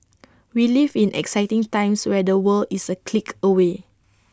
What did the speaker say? we live in exciting times where the world is A click away